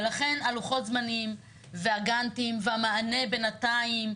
ולכן לוחות הזמנים והגאנטים והמענה בינתיים,